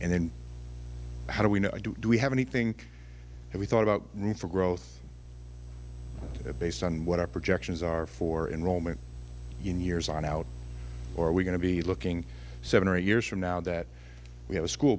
and then how do we know do we have anything we thought about room for growth based on what our projections are for in roman in years on out or are we going to be looking seven or eight years from now that we have a school